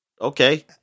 okay